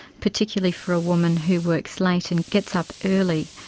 particularly for a woman who works late and gets up early,